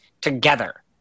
together